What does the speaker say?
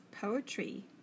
poetry